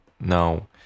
now